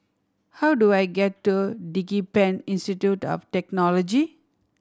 how do I get to DigiPen Institute of Technology